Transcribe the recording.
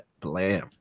Blam